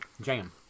jam